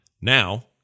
Now